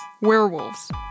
werewolves